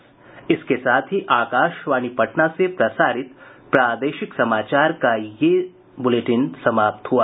इसके साथ ही आकाशवाणी पटना से प्रसारित प्रादेशिक समाचार का ये अंक समाप्त हुआ